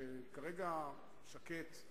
שכרגע שקט,